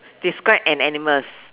describe an animal